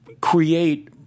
create